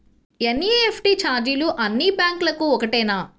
NEFT ఛార్జీలు అన్నీ బ్యాంక్లకూ ఒకటేనా?